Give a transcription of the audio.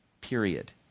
period